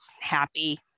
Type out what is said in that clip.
happy